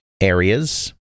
areas